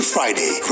Friday